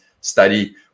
study